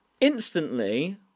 Instantly